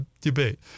debate